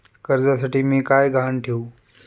कर्जासाठी मी काय गहाण ठेवू?